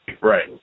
Right